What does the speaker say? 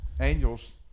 Angels